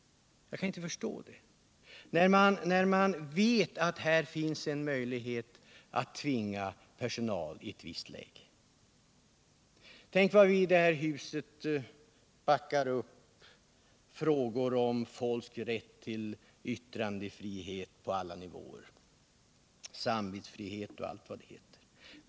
Jag kan inte förstå det, när man vet att det finns möjlighet att tvinga personal i ett visst läge. Tänk vad vi i det här huset backar upp frågor om folks rätt till yttrandefrihet på alla nivåer, samvetsfrihet och allt vad det heter.